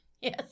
Yes